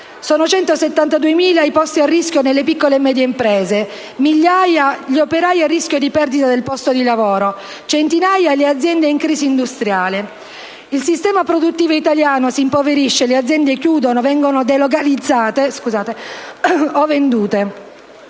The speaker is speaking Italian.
Sono 172.000 i posti a rischio nelle piccole e medie imprese, migliaia gli operai a rischio di perdita del posto di lavoro, centinaia le aziende in crisi industriale. Il sistema produttivo italiano si impoverisce, le aziende chiudono, vengono delocalizzate o vendute.